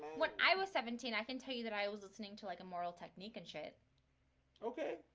when i was seventeen, i can tell you that i was listening to like a moral technique and shit okay,